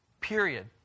period